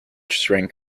shrink